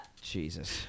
Jesus